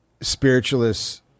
spiritualists